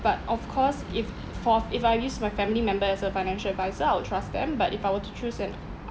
but of course if of if I use my family member as a financial adviser I would trust them but if I were to choose an